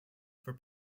for